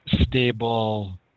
stable